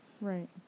Right